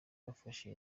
bafashe